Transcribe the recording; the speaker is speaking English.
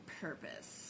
purpose